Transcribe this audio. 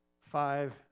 five